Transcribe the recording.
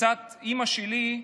ומצד אימא שלי,